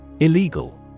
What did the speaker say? Illegal